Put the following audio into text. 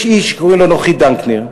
יש איש שקוראים לו נוחי דנקנר.